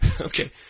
Okay